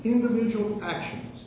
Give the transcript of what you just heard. individual actions